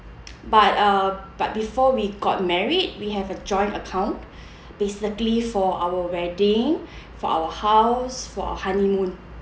but uh but before we got married we have a joint account basically for our wedding for our house for our honeymoon